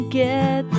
get